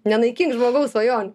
nenaikink žmogaus svajonių